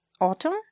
autumn